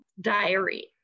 diary